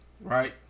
right